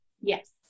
Yes